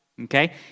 okay